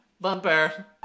Bumper